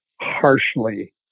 harshly